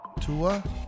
Tua